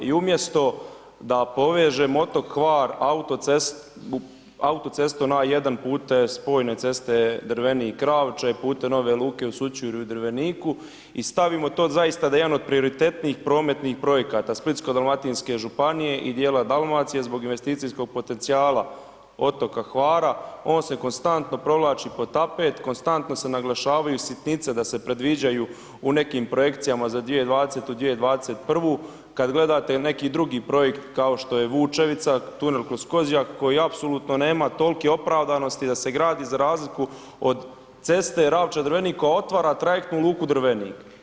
I umjesto da povežemo otok Hvar autocestom A1 putem spojne ceste Drvenik – Ravče i putem ove luke u Sućurju i Drveniku i stavimo to zaista da je jedan od prioritetnijih prometnih projekata Splitsko-dalmatinske županije i djela Dalmacije zbog investicijskog potencijala otoka Hvala, on se konstantno provlači pod tapet, konstantno se naglašavaju sitnice da se predviđaju u nekim projekcijama za 2020., 2021., kad gledate il neki drugi projekt kao što Vučevića, tunel kroz Kozjak koji apsolutno nema tolike opravdanosti da se gradi za razliku od ceste Ravče – Drvenik, a otvara trajektu luku Drvenik.